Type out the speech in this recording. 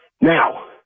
Now